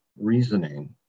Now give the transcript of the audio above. reasoning